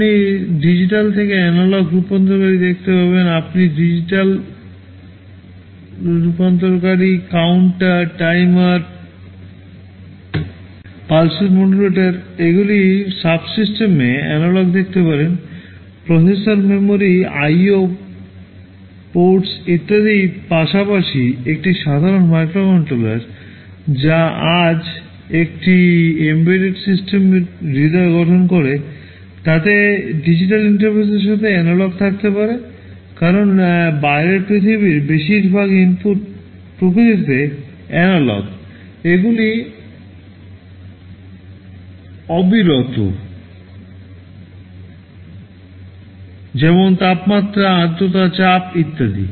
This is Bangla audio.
আপনি ডিজিটাল থেকে অ্যানালগ রূপান্তরকারী দেখতে পারেন আপনি এনালগ ডিজিটাল রূপান্তরকারী counter timer pulse width modulator ইত্যাদির পাশাপাশি একটি সাধারণ মাইক্রোকন্ট্রোলার যা আজ একটি এম্বেডেড সিস্টেমের হৃদয় গঠন করে তাতে ডিজিটাল ইন্টারফেসের সাথে অ্যানালগ থাকতে পারে কারণ বাইরের পৃথিবীর বেশিরভাগ ইনপুট প্রকৃতিতে অ্যানালগ এগুলি অবিরত যেমন তাপমাত্রা আর্দ্রতা চাপ ইত্যাদি